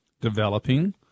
developing